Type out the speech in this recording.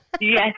Yes